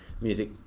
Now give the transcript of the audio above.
music